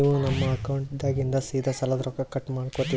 ನೀವು ನಮ್ಮ ಅಕೌಂಟದಾಗಿಂದ ಸೀದಾ ಸಾಲದ ರೊಕ್ಕ ಕಟ್ ಮಾಡ್ಕೋತೀರಿ?